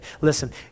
Listen